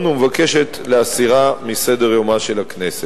ומבקשת להסירה מסדר-יומה של הכנסת.